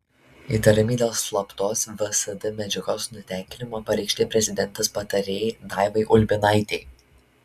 įtarimai dėl slaptos vsd medžiagos nutekinimo pareikšti prezidentės patarėjai daivai ulbinaitei